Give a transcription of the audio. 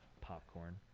popcorn